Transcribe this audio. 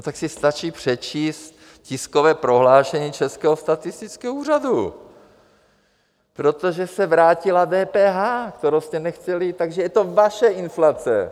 Tak si stačí přečíst tiskové prohlášení Českého statistického úřadu: protože se vrátila DPH, kterou jste nechtěli, takže je to vaše inflace!